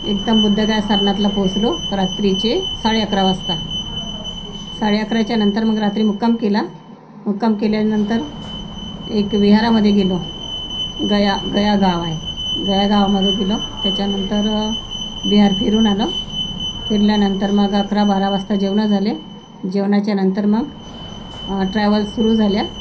एकदम बोधगया सरनाथला पोहोचलो रात्रीचे साडे अकरा वाजता साडे अकराच्या नंतर मग रात्री मुक्काम केला मुक्काम केल्यानंतर एक विहारामध्ये गेलो गया गया गाव आय गया गावामध्ये गेलो त्याच्यानंतर विहार फिरून आलो फिरल्यानंतर मग अकरा बारा वाजता जेवणं झाले जेवणाच्या नंतर मग ट्रॅव्हल्स सुरू झाल्या